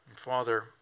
Father